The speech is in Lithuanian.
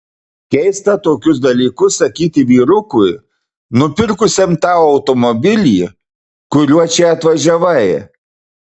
keista tokius dalykus sakyti vyrukui nupirkusiam tau automobilį kuriuo čia atvažiavai